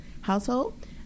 household